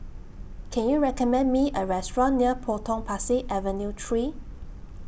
Can YOU recommend Me A Restaurant near Potong Pasir Avenue three